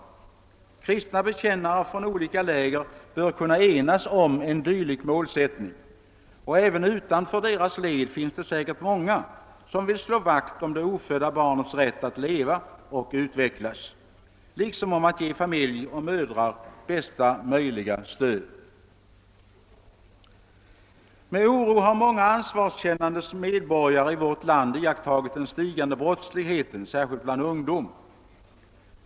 Kristna bekännare från olika läger bör kunna enas om en dylik målsättning, och även utanför deras led finns det säkert många som vill slå vakt om det ofödda barnets rätt att leva och utvecklas, liksom om att ge familj och mödrar bästa möjliga stöd. Med oro har många ansvarskännande medborgare i vårt land iakttagit den stigande brottsligheten, särskilt bland ungdom.